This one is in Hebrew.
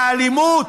לאלימות?